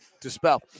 dispel